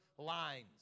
Lines